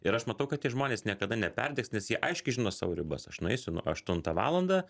ir aš matau kad tie žmonės niekada neperdegs nes jie aiškiai žino savo ribas aš nueisiu aštuntą valandą